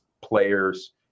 players